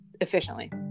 Efficiently